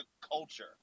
culture